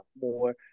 more